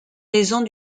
raison